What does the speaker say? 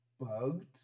bugged